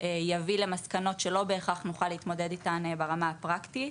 יביא למסקנות שלא בהכרח נוכל להתמודד איתן ברמה הפרקטית.